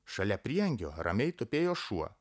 šalia prieangio ramiai tupėjo šuo